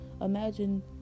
Imagine